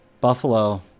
Buffalo